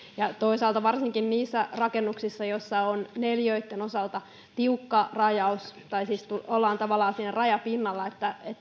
toisaalta varsinkin niissä rakennuksissa joissa on neliöitten osalta tiukka rajaus tai siis ollaan tavallaan rajapinnalla